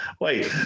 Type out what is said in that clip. wait